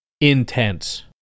intense